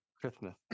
Christmas